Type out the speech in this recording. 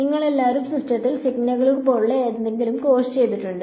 നിങ്ങൾ എല്ലാവരും സിസ്റ്റങ്ങളിൽ സിഗ്നലുകൾ പോലുള്ള എന്തെങ്കിലും കോഴ്സ് ചെയ്തിട്ടുണ്ട്